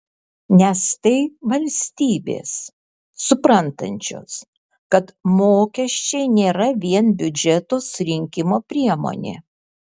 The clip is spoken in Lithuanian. nes tai valstybės suprantančios kad mokesčiai nėra vien biudžeto surinkimo priemonė